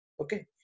Okay